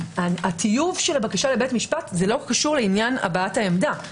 הטיוב של הבקשה לבית המשפט לא קשורה לעניין הבעת העמדה.